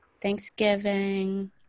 Thanksgiving